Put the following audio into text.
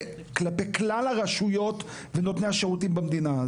כלפי כלל הרשויות ונותני השירותים במדינה.